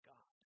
God